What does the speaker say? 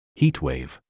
Heatwave